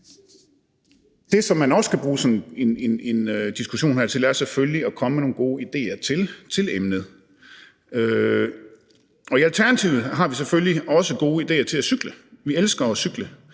Det, som man også kan bruge sådan en diskussion til, er selvfølgelig at komme med nogle gode idéer til emnet. I Alternativet har vi selvfølgelig også gode idéer til at cykle – vi elsker at cykle.